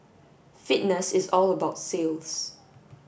fitness is all about sales